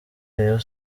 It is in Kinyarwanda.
rayon